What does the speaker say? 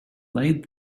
laid